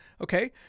okay